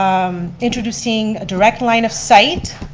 um introducing a direct line of sight,